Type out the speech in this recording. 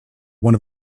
one